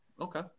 okay